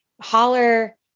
holler